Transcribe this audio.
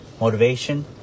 motivation